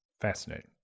Fascinating